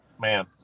man